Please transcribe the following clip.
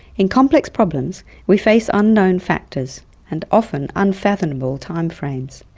in complex problems we face unknown factors and often unfathomable timeframes.